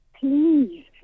please